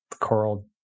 coral